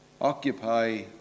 Occupy